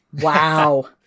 Wow